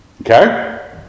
okay